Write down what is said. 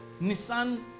Nissan